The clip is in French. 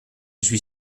suis